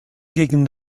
gegen